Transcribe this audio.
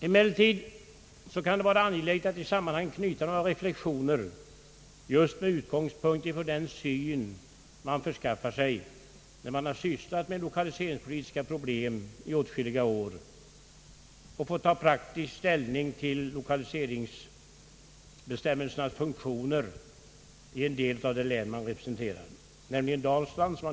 Emellertid kan det vara angeläget att i sammanhanget anknyta några reflexioner med utgångspunkt från den syn jag har förskaffat mig när jag har sysslat med lokaliseringspolitiska problem och fått praktiskt ta ställning till lokaliseringsbestämmelsernas funktioner i en del av det län jag represente rar, nämligen Dalsland.